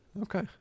okay